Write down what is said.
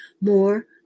more